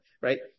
right